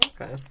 okay